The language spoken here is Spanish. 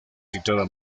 situada